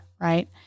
right